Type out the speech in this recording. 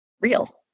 real